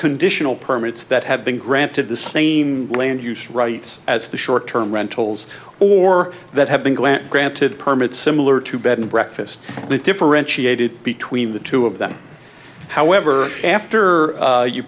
conditional permits that have been granted the same land use rights as the short term rentals or that have been granted permits similar to bed and breakfast that differentiated between the two of them however after